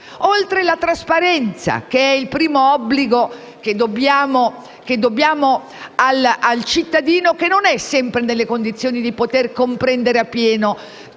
oltre alla trasparenza che è il primo obbligo che abbiamo verso il cittadino, il quale non è sempre nelle condizioni di poter comprendere appieno